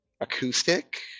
acoustic